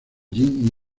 jim